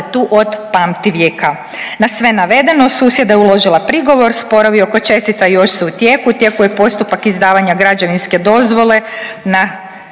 tu od pamtivijeka. Na sve navedeno susjeda je uložila prigovor, sporovi oko čestica još su u tijeku. U tijeku je postupak izdavanja građevinske dozvole na